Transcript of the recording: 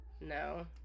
No